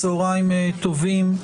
צוהריים טובים,